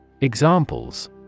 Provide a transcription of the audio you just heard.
Examples